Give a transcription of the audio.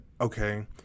okay